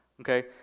Okay